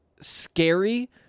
scary